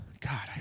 God